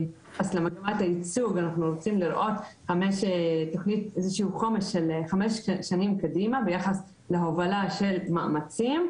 ביחס למגמת הייצוג אנחנו רוצים לראות איזשהו חומש ביחס להובלת מאמצים,